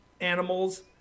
animals